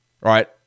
right